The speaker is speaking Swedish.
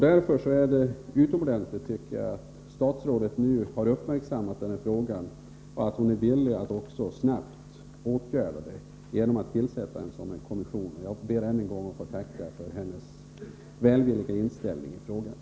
Därför är det utmärkt att statsrådet nu har uppmärksammat denna fråga och är villig att snabbt vidta åtgärder genom att tillsätta en kommission. Jag ber än en gång att få tacka för statsrådets välvilliga inställning till denna fråga.